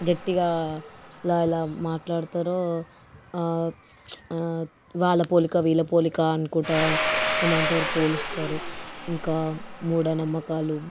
గట్టిగా ఇలా ఇలా మాట్లాడుతారో వాళ్ళ పోలిక వీళ్ళ పోలిక అనుకుంటూ ఏమంటారు పోలుస్తారు ఇంకా మూఢనమ్మకాలు